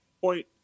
Point